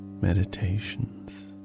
Meditations